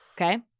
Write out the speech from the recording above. Okay